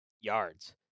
yards